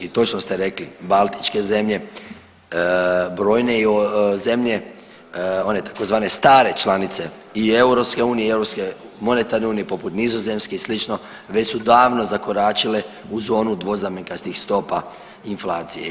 I točno ste rekli Baltičke zemlje, brojne zemlje one tzv. stare članice i EU i Europske monetarne unije, poput Nizozemske i slično već su davno zakoračile u zonu dvoznamenkastih stopa inflacije.